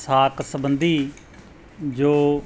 ਸਾਕ ਸੰਬੰਧੀ ਜੋ